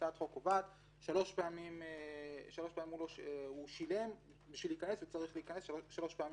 הצעת החוק קובעת שבשביל להיכנס הוא צריך לשלם שלוש פעמים,